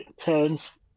turns